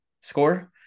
score